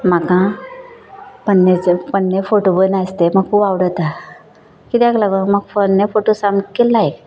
म्हाका पन्नेचे पन्ने फोटो बीन आस तें खूब आवडता किद्याक लागन म्हका पन्ने फोटो सामकें लायक